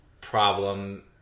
problem